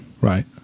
Right